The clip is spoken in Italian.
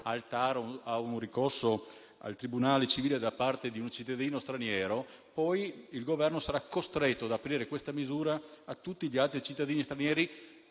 fronte a un ricorso al TAR o al tribunale civile da parte di un cittadino straniero, il Governo sarà poi costretto ad aprire questa misura a tutti gli altri cittadini stranieri